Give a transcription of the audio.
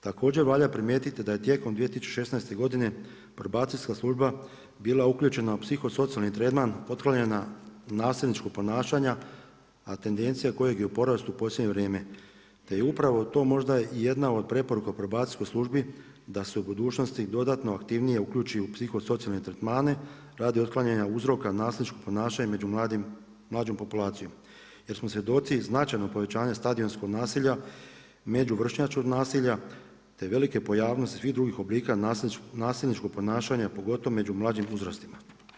Također valja primijetiti da je tijekom 2016. godine Probacijska služba bila uključena u psihosocijalni tretman otklanjanja nasilničkog ponašanja, a tendencija kojeg je u porastu u posljednje vrijeme, te je upravo to možda jedna od preporuka Probacijskoj službi da se u budućnosti dodatno aktivnije uključi u psihosocijalne tretmane radi otklanjanja uzroka nasilničkog ponašanja među mlađom populacijom jer smo svjedoci značajnog povećanja stadionskog nasilja, međuvršnjačkog nasilja te velike pojavnosti svih drugih oblika nasilničkog ponašanja pogotovo među mlađim uzrastima.